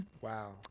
Wow